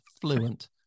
fluent